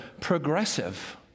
progressive